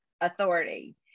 authority